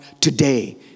today